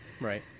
right